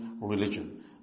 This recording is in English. religion